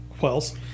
Wells